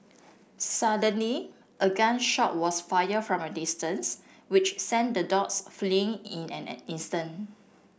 suddenly a gun shot was fired from a distance which sent the dogs fleeing in an an instant